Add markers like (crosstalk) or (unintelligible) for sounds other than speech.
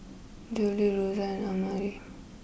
Joelle Rossie (unintelligible)